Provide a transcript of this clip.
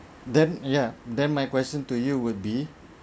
then ya then my question to you would be